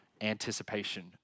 anticipation